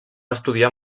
estudiar